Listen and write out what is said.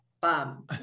bum